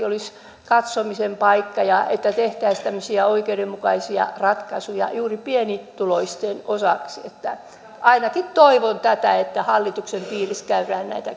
olisi katsomisen paikka että tehtäisiin tämmöisiä oikeudenmukaisia ratkaisuja juuri pienituloisten osaksi ainakin toivon tätä että hallituksen piirissä käydään näitä